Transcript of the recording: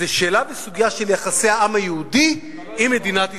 זה שאלה בסוגיה של יחסי העם היהודי עם מדינת ישראל.